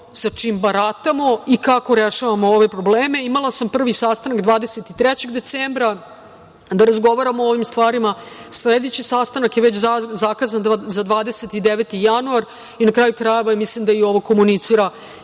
sa čim baratamo i kako rešavamo ove probleme. Imala sam prvi sastanak 23. decembra, da razgovaramo o ovim stvarima. Sledeći sastanak je već zakazan za 29. januar. Na kraju krajeva, mislim da i ovo komunicira